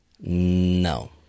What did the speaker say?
No